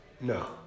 no